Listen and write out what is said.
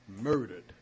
murdered